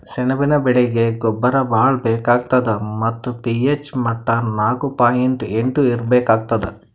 ಸೆಣಬಿನ ಬೆಳೀಗಿ ಗೊಬ್ಬರ ಭಾಳ್ ಬೇಕಾತದ್ ಮತ್ತ್ ಪಿ.ಹೆಚ್ ಮಟ್ಟಾ ನಾಕು ಪಾಯಿಂಟ್ ಎಂಟು ಇರ್ಬೇಕಾಗ್ತದ